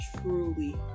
truly